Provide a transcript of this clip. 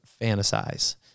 fantasize